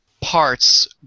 parts